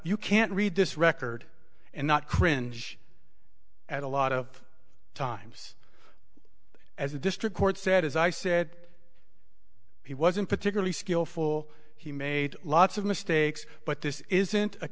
you can't read this record and not cringe at a lot of times as a district court said as i said he wasn't particularly skillful he made lots of mistakes but this isn't a